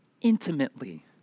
intimately